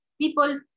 people